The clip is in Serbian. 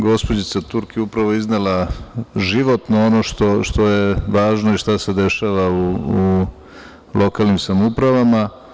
Gospođica Turk je upravo iznela životno ono što je važno i što se dešava u lokalnim samoupravama.